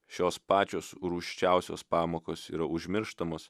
šios pačios rūsčiausios pamokos yra užmirštamos